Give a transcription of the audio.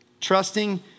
trusting